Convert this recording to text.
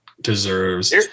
deserves